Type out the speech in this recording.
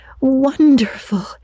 wonderful